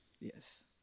Yes